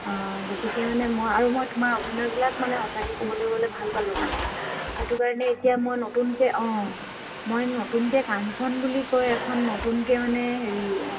গতিকে মানে মই আৰু মই তোমাৰ অভিনয়বিলাক মানে সঁচাকে ক'বলৈ গ'লে ভাল পালোঁ মানে সেইটো কাৰণে এতিয়া মই নতুনকৈ অঁ মই নতুনকৈ কাঞ্চন বুলি কয় এখন নতুনকৈ মানে হেৰি